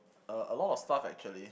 uh a lot of stuff actually